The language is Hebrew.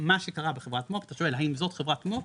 מה שקרה בחברת מו"פ, אתה שואל האם זאת חברת מו"פ?